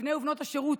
לבני ובנות השירות,